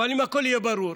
אבל אם הכול יהיה ברור,